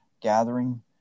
gathering